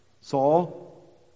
Saul